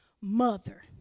mother